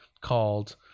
called